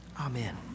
Amen